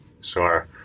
Sure